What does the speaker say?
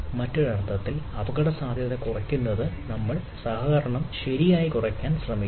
മറ്റൊരു അർത്ഥത്തിൽ അപകടസാധ്യത കുറയ്ക്കുന്നതിന് നമ്മൾ സഹകരണം ശരിയായി കുറയ്ക്കാൻ ശ്രമിക്കുന്നു